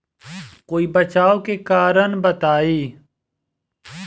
कोई बचाव के कारण बताई?